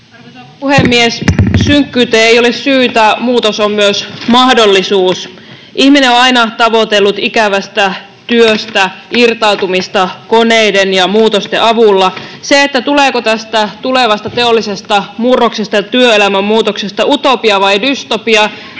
Arvoisa puhemies! Synkkyyteen ei ole syytä, muutos on myös mahdollisuus. Ihminen on aina tavoitellut ikävästä työstä irtautumista koneiden ja muutosten avulla. Se, tuleeko tästä tulevasta teollisesta murroksesta ja työelämän muutoksesta utopia vai dystopia,